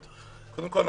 קודם כול,